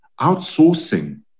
outsourcing